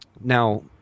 Now